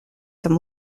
some